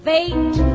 Fate